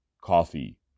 Coffee